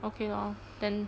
okay lor then